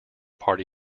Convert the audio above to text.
party